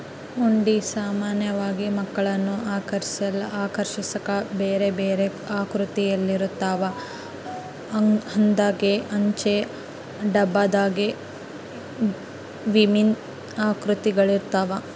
ಹುಂಡಿ ಸಾಮಾನ್ಯವಾಗಿ ಮಕ್ಕಳನ್ನು ಆಕರ್ಷಿಸಾಕ ಬೇರೆಬೇರೆ ಆಕೃತಿಯಲ್ಲಿರುತ್ತವ, ಹಂದೆಂಗ, ಅಂಚೆ ಡಬ್ಬದಂಗೆ ವಿಭಿನ್ನ ಆಕೃತಿಗಳಿರ್ತವ